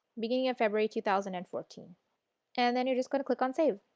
beginning of february two thousand and fourteen and then you are just going to click on save.